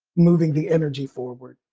moving the energy forward